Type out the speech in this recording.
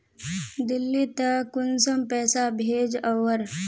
दिल्ली त कुंसम पैसा भेज ओवर?